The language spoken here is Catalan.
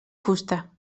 fusta